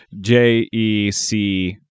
J-E-C